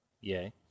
Yay